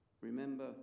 Remember